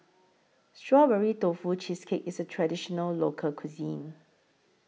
Strawberry Tofu Cheesecake IS A Traditional Local Cuisine